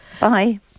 Bye